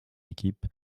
équipe